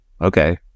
Okay